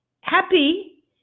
Happy